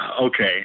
Okay